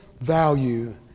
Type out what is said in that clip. value